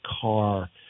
car